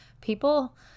people